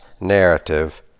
narrative